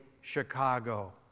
Chicago